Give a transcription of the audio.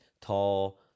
tall